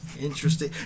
Interesting